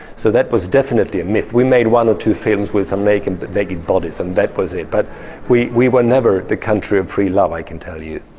so that was definitely a myth. we made one or two films with some naked but naked bodies and that was it, but we we were never the country of free love, i can tell you.